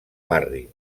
barri